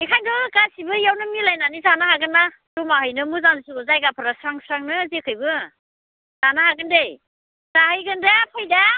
बेखायथ' गासिबो इयावनो मिलायनानै जानो हागोन ना जमायै मोजांसो जायगाफोरा स्रां स्रांनो जेखैबो जानो हागोन दे जाहैगोन दे फै दे